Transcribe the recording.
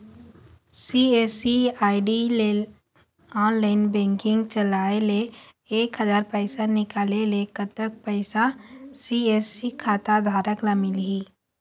CSC ID ले online banking चलाए ले एक हजार पैसा निकाले ले कतक पैसा सी.एस.सी खाता धारक ला मिलही?